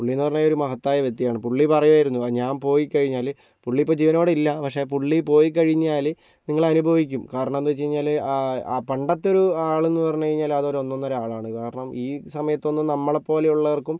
പുള്ളീന്ന് പറഞ്ഞാൽ ഒരു മഹത്തായ വ്യക്തിയാണ് പുള്ളി പറയുമായിരുന്നു ഞാൻ പോയി കഴിഞ്ഞാൽ പുള്ളി ഇപ്പോൾ ജീവനോടെ ഇല്ല പക്ഷെ പുള്ളി പോയി കഴിഞ്ഞാൽ നിങ്ങളനുഭവിക്കും കാരണമെന്തെന്ന് വെച്ച് കഴിഞ്ഞാൽ ആ പണ്ടത്തൊരു ആളെന്ന് പറഞ്ഞ് കഴിഞ്ഞാൽ അതൊന്നൊന്നര ആളാണ് കാരണം ഈ സമയത്തൊന്നും നമ്മളെപ്പോലെ ഉള്ളവർക്കും